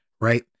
right